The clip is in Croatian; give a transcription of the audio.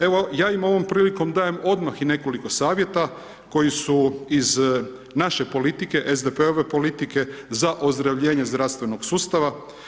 Evo, ja im ovom prilikom dajem odmah i nekoliko savjeta koji su iz naše politike, SDP-ove politike, za ozdravljenje zdravstvenog sustava.